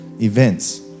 events